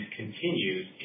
continues